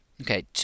Okay